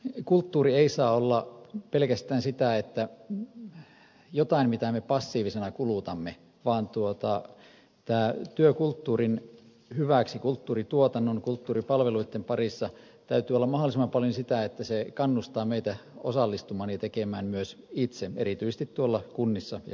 kulttuuri ei saa olla pelkästään jotain mitä me passiivisena kulutamme vaan työn kulttuurin hyväksi kulttuurituotannon kulttuuripalveluitten parissa täytyy olla mahdollisimman paljon sitä että se kannustaa meitä osallistumaan ja tekemään myös itse erityisesti kunnissa ja kaupungeissa